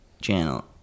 channel